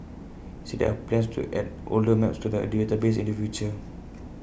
said there are plans to add older maps to the A database in the future